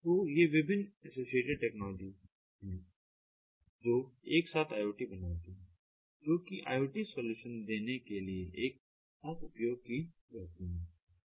तो ये विभिन्न एसोसिएटेड टेक्नोलॉजी हैं जो एक साथ IoT बनाती हैं जो कि IoT सॉल्यूशन देने के लिए एक साथ उपयोग की जाती हैं